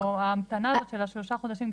ההמתנה הזאת של השלושה חודשים?